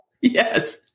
Yes